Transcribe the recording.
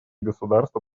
государства